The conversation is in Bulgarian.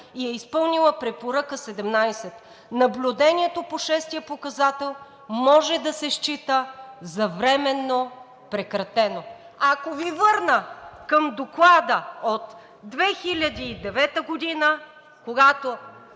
и е изпълнила Препоръка 17. Наблюдението по шестия показател може да се счита за временно прекратено.“ Ако Ви върна към Доклада от 2009 г., когато